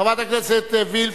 חברת הכנסת וילף,